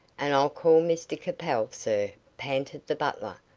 and i'll call mr capel, sir! panted the butler.